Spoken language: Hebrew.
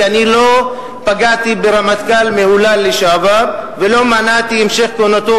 כי אני לא פגעתי ברמטכ"ל מהולל לשעבר ולא מנעתי את המשך כהונתו,